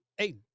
Hey